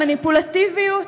המניפולטיביות?